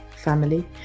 family